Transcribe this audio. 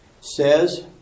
says